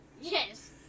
Yes